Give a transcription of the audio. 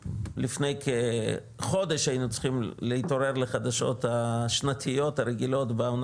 לפני כחודש היינו צריכים להתעורר לחדשות השנתיות הרגילות בעונה